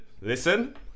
listen